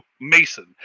Mason